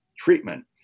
treatment